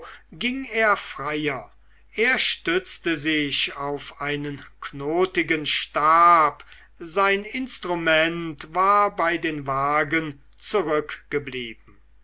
ging er freier er stützte sich auf einen knotigen stab sein instrument war bei den wagen zurückgeblieben